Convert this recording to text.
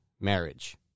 marriage